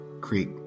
creek